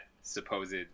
supposed